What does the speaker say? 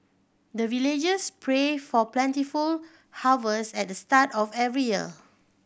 the villagers pray for plentiful harvest at the start of every year